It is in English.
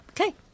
Okay